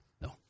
No